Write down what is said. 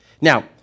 Now